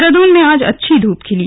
देहरादून में आज अच्छी धूप खिली